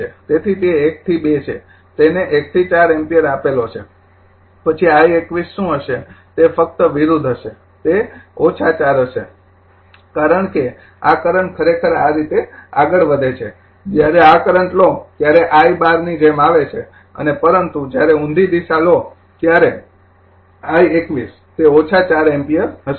તેથી તે ૧ થી ૨ છે તેને ૧ થી ૪ એમ્પીયર આપેલો છે પછી I૨૧ શું હશે તે ફક્ત વિરુદ્ધ હશે તે ૪ હશે કારણ કે આ કરંટ ખરેખર આ રીતે આગળ વધે છે જ્યારે આ કરંટ લો ત્યારે આ I૧૨ ની જેમ આવે છે અને પરંતુ જ્યારે ઊંધી દિશા લો ત્યારે I૨૧ તે ૪ એમ્પીયર હશે